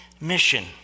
mission